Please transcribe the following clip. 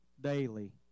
daily